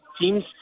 teams